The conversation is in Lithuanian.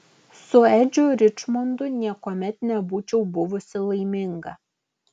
su edžiu ričmondu niekuomet nebūčiau buvusi laiminga